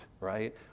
right